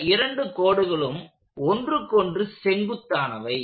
இந்த இரண்டு கோடுகளும் ஒன்றுக்கொன்று செங்குத்தானவை